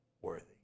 worthy